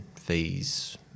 fees